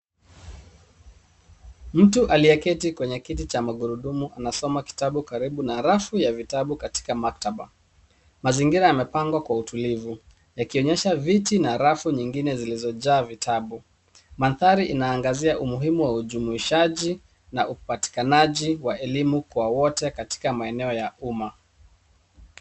Mtu aliyeketi kwenye kiti cha magurudumu anasoma kitabu karibu na rafu ya vitabu katika maktaba. Mazingira yamepangwa kwa utulivu yakionyesha viti na rafu nyingine zilizojaa vitabu. Mandhari inaangazia umuhimu wa ujumuishaji na upatikanaji wa elimu kwa wote katika maeneo ya umma.